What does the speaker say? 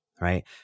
right